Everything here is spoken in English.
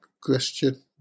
question